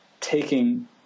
taking